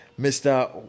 Mr